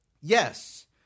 yes